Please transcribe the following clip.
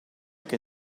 che